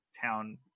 town